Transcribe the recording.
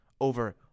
over